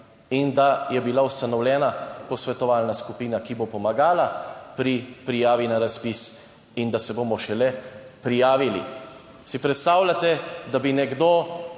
in da je bila ustanovljena posvetovalna skupina, ki bo pomagala pri prijavi na razpis, da se bomo šele prijavili. Si predstavljate, da bi recimo